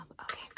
okay